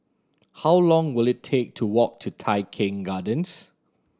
how long will it take to walk to Tai Keng Gardens